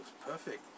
perfect